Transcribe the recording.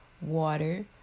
water